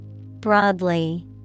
Broadly